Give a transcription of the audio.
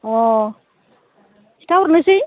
अ खिन्थाहरनोसै